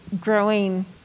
growing